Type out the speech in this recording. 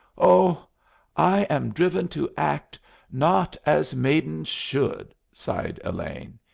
oh i am driven to act not as maidens should, sighed elaine.